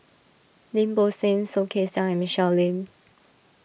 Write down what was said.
Lim Bo Seng Soh Kay Siang and Michelle Lim